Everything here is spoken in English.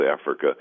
Africa